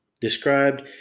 described